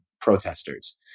protesters